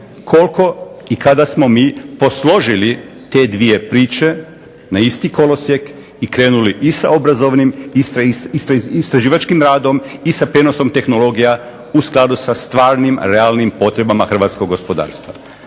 Koliko i kada smo mi posložili te dvije priče na isti kolosijek i krenuli i sa obrazovnim i sa istraživačkim radom i sa prijenosom tehnologija u skladu sa stvarnim, realnim potrebama hrvatskog gospodarstva.